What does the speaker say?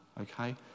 Okay